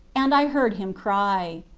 and i heard him cry.